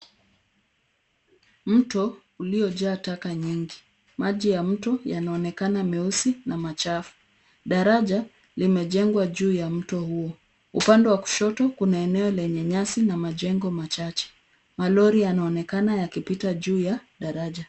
Mto uliojaa taka nyingi. Maji ya mto yanaonekana meusi na machafu. Daraja limejengwa juu ya mto huo. Upande wa kushoto kuna eneo lenye nyasi na majengo machache. Malori yanaonekana yakipita juu ya daraja.